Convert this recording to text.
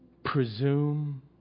presume